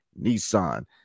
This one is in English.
Nissan